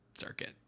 circuit